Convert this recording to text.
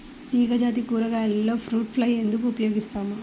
తీగజాతి కూరగాయలలో fruit fly ఎందుకు ఉపయోగిస్తాము?